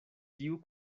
tiu